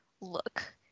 look